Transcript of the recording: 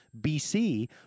BC